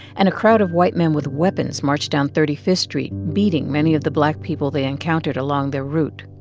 and a crowd of white men with weapons marched down thirty fifth street, beating many of the black people they encountered along their route.